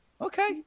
Okay